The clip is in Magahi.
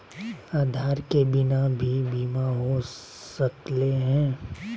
आधार के बिना भी बीमा हो सकले है?